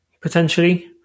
potentially